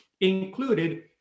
included